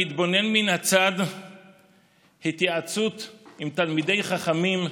למתבונן מן הצד התייעצות עם תלמידי חכמים נראית,